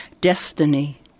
Destiny